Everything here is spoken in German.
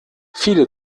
viele